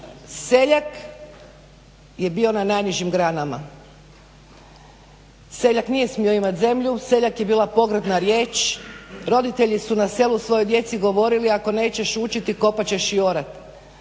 seljak je bio na najnižim granama. Seljak nije smio imati zemlju, seljak je bila pogrdna riječ. Roditelji su na selu svojoj djeci govorili ako nećeš učiti kopat ćeš i orat.